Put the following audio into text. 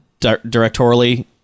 directorially